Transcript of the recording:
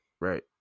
Right